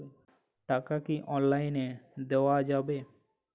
টাকা কি অনলাইনে দেওয়া যাবে?